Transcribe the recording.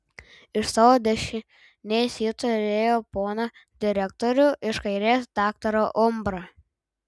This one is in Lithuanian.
iš savo dešinės ji turėjo poną direktorių iš kairės daktarą umbrą